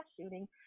shooting